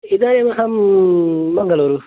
इदानीमहं मङ्गलूरु